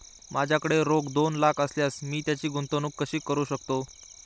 माझ्याकडे रोख दोन लाख असल्यास मी त्याची गुंतवणूक कशी करू शकतो?